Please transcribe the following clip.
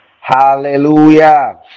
hallelujah